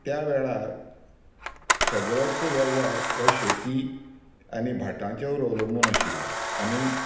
त्या वेळार सगळोच वेव्हार हो शेती आनी भाटांचेर अवलंबून आशिल्लो आनी